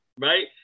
Right